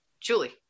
Julie